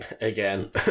Again